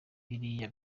biriya